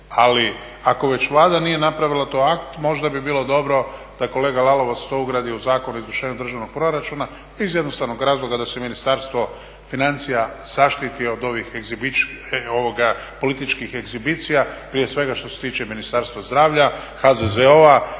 Ali ako već Vlada nije napravila taj akt možda bi bilo da kolega Lalovac to ugradi u Zakon o izvršenju državnog proračuna iz jednostavnog razloga da se Ministarstvo financija zaštiti od ovih političkih ekshibicija prije svega što se tiče Ministarstva zdravlja, HZZO-a